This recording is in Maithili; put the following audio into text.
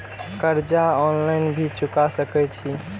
कर्जा ऑनलाइन भी चुका सके छी?